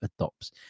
adopts